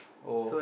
oh